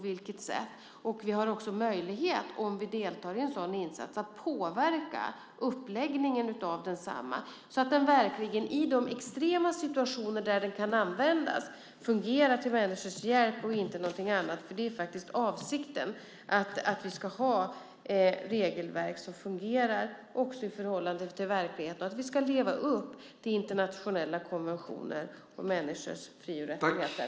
Vi har möjlighet, om vi deltar i en sådan insats, att påverka uppläggningen av densamma så att den verkligen i de extrema situationer där den kan användas fungerar till människors hjälp och inte någonting annat. Avsikten är att vi ska ha regelverk som fungerar också i förhållande till verkligheten. Vi ska leva upp till internationella konventioner om människors fri och rättigheter.